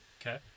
Okay